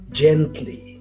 gently